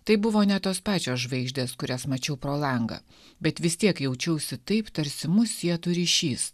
tai buvo ne tos pačios žvaigždės kurias mačiau pro langą bet vis tiek jaučiausi taip tarsi mus sietų ryšys